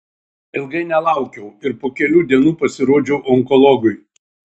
ilgai nelaukiau ir po kelių dienų pasirodžiau onkologui